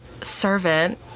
servant